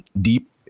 deep